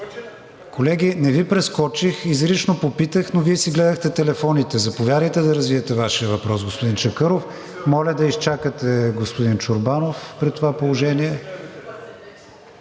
Колеги, не Ви прескочих. Изрично попитах, но Вие си гледахте телефоните. Заповядайте да развиете Вашия въпрос, господин Чакъров. Моля да изчакате, господин Чорбанов, при това положение.